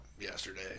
yesterday